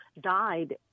died